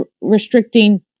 restricting